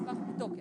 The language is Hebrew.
המסמך בתוקף.